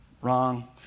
Wrong